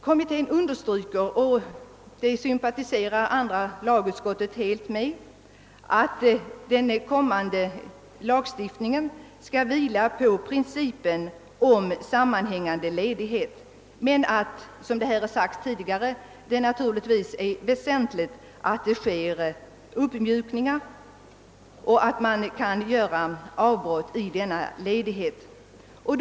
Kommittén understryker — och andra lagutskottet stöder detta helt — att den kommande lagstiftningen skall vila på principen om sammanhängande ledighet men att det, som tidigare framhållits, kan vara be fogat med uppmjukningar i nuvarande regler om avbrott i ledigheten.